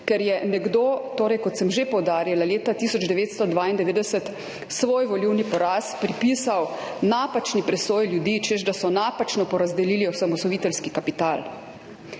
ker je nekdo, kot sem že poudarila, leta 1992 svoj volilni poraz pripisal napačni presoji ljudi, češ da so napačno porazdelili osamosvojiteljski kapital.